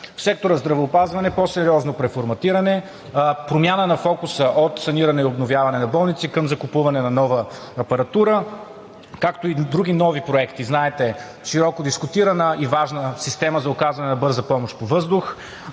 сектора „Здравеопазване“ – по-сериозно преформатиране, промяна на фокуса от саниране и обновяване на болници към закупуване на нова апаратура, както и други нови проекти – знаете, широко дискутирана ,и важна система за оказване на бърза помощ по въздух,